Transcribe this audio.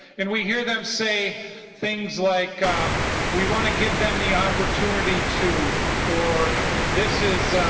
and we hear them say things like we want to give them the opportunity to or this is